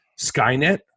Skynet